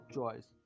Choice